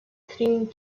cling